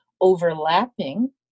overlapping